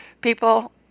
people